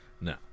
No